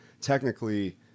technically